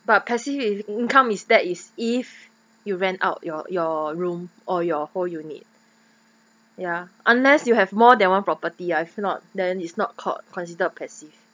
but passive income is that is if you rent out your your room or your whole unit ya unless you have more than one property ah if not then is not called considered passive